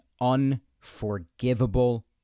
unforgivable